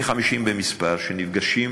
כ-50 במספר, שנפגשים